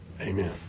Amen